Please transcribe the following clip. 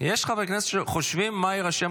יש חברי כנסת שחושבים גם מה יירשם